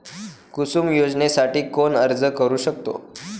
कुसुम योजनेसाठी कोण अर्ज करू शकतो?